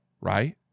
right